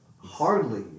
hardly